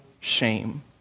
shame